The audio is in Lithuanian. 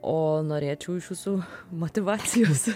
o norėčiau iš jūsų motyvacijos